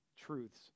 truths